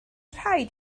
rhaid